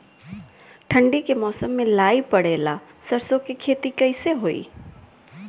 ठंडी के मौसम में लाई पड़े ला सरसो के खेती कइसे होई?